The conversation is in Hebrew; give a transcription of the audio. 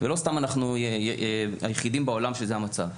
ולא סתם אנחנו היחידים בעולם במצב הזה.